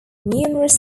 numerous